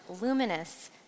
luminous